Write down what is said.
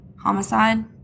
homicide